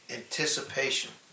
anticipation